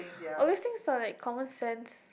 all these things are like common sense